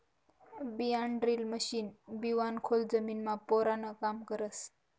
बियाणंड्रील मशीन बिवारं खोल जमीनमा पेरानं काम करस